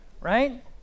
right